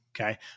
Okay